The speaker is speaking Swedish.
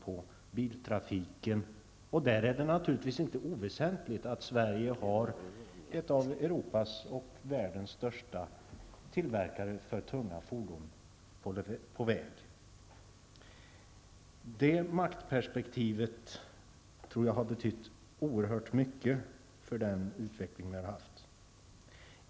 I det sammanhanget är det naturligtvis inte oväsentligt att Sverige inte har en av Europas och världens största tillverkare av tunga fordon på väg. Det maktperspektivet tror jag har betytt oerhört mycket för den utveckling som skett.